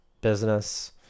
business